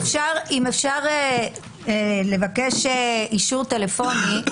אם אפשר לבקש אישור טלפוני,